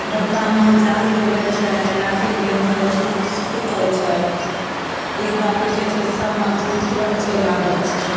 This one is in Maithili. बड़का महाजाल गिरबय छै लाठीमे बान्हिके उसँ पीटय छै एक दाब पीटय छै सब मछली तुरत चलि आबय छै